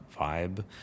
vibe